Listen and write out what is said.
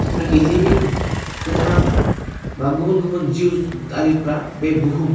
जिथुनाखि लिभिं गोथां बा गुबुन गुबुन जिउ आरिफ्रा बे बुहुम